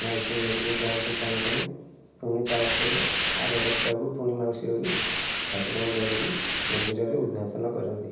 ମାଉସୀ ଘରକୁ ଯାଆନ୍ତି ଟାଣି ଟାଣି ପୁଣି ତାପରେ ଆର ସପ୍ତାହକୁ ପୁଣି ମାଉସୀ ଘରୁ ଠାକୁରଙ୍କୁ ଧରିକି ମନ୍ଦିରରେ କରନ୍ତି